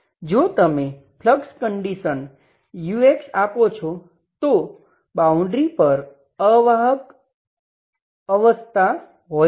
જો તમે flux condition ux આપો છો તો બાઉન્ડ્રી પર અવાહક અવાહક અવસ્થા હોય છે